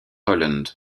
holland